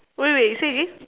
wait wait you say again